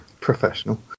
Professional